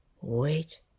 Wait